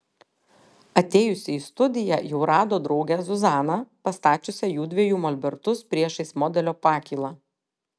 atėjusi į studiją jau rado draugę zuzaną pastačiusią jųdviejų molbertus priešais modelio pakylą